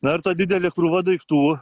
na ir ta didelė krūva daiktų